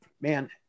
man